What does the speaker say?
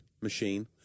machine